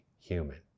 human